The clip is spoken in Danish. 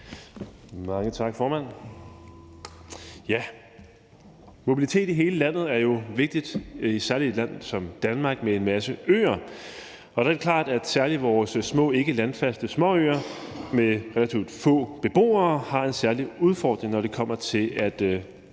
Mange tak, formand. Mobilitet i hele landet er jo vigtigt, særlig i et land som Danmark med en masse øer, og der er det klart, at særlig vores små, ikke landfaste øer med relativt få beboere har en særlig udfordring, når det kommer til at